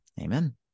Amen